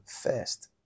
first